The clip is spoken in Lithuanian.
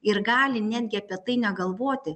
ir gali netgi apie tai negalvoti